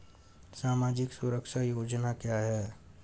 सामाजिक सुरक्षा योजना क्या है?